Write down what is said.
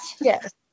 Yes